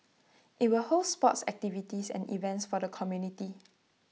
IT will host sports activities and events for the community